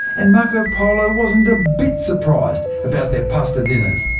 and marco polo wasn't a bit surprised about their pasta dinners.